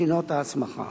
ובחינות ההסמכה.